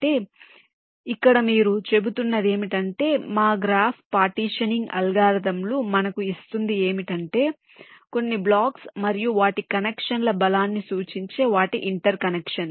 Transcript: కాబట్టి ఇక్కడ మీరు చెబుతున్నది ఏమిటంటే మా గ్రాఫ్ పార్టీషనింగ్ అల్గోరిథంలు మనకు ఇస్తుంది ఏమిటంటే కొన్ని బ్లాక్స్ మరియు వాటి కనెక్షన్ల బలాన్ని సూచించే వాటి ఇంటెర్కనెక్షన్స్